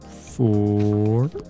Four